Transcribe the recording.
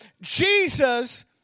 Jesus